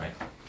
right